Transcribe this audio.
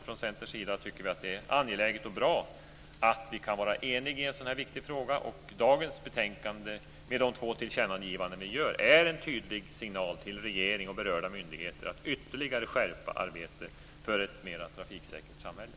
Från Centerns sida tycker vi att det är angeläget och bra att vi kan vara eniga i en så här viktig fråga, och dagens betänkande med de två tillkännagivanden som vi gör är en tydlig signal till regering och berörda myndigheter att ytterligare skärpa arbetet för ett mera trafiksäkert samhälle.